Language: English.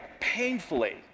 painfully